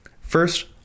First